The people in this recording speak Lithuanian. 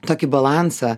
tokį balansą